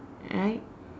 right